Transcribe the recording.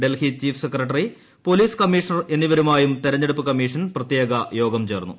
Delhi chief secretary police commissioner എന്നിവരുമായും തെരഞ്ഞെടുപ്പ് commission പ്രത്യേക യോഗം ചേർന്നു